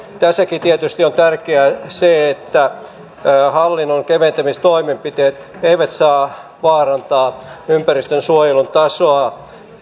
tässäkin tietysti on tärkeää se että hallinnon keventämistoimenpiteet eivät saa vaarantaa ympäristönsuojelun tasoa